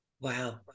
wow